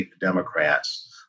Democrats